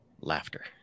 laughter